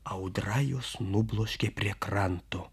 audra juos nubloškė prie kranto